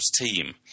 team